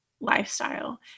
lifestyle